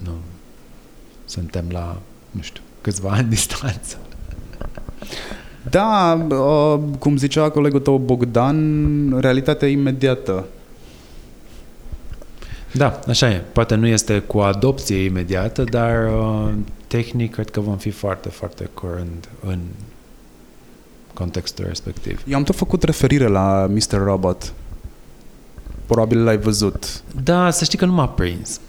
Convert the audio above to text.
Nu. Suntem la, nu știu, câțiva ani distanță. Da, uh, cum zicea colegul tău Bogdan, realitatea e imediată. Da, așa e. Poate nu este cu adopție imediată, dar, uh, tehnic cred că vom fi foarte, foarte curând în contextul respectiv. Eu am tot făcut referire la Mr. Robot. Probabil l-ai văzut. Da, să știi că nu m-a prins.